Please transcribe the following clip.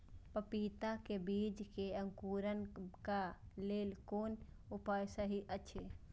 पपीता के बीज के अंकुरन क लेल कोन उपाय सहि अछि?